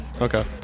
Okay